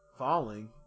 falling